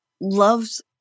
loves